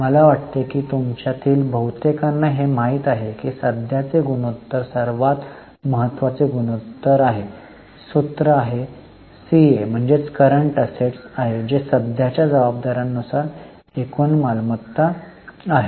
मला वाटतं की तुमच्या तील बहुतेकांना हे माहित आहे की सध्याचे गुणोत्तर सर्वात महत्वाचे गुणोत्तर आहे आणि सूत्र सीए CA Current Assets आहे जे सध्याच्या जबाबदार्यानुसार एकूण मालमत्ता आहे